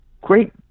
great